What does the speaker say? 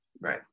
Right